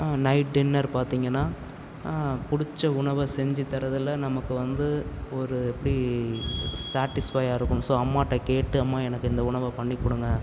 night dinner பார்த்திங்கன்னா பிடிச்ச உணவை செஞ்சு தரதில் நமக்கு வந்து ஒரு எப்படி சாடிஸ்ஃபையாக இருக்கும் ஸோ அம்மாகிட்ட கேட்டு அம்மா எனக்கு இந்த உணவை பண்ணி கொடுங்க